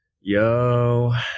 Yo